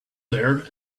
there